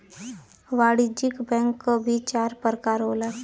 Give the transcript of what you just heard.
वाणिज्यिक बैंक क भी चार परकार होला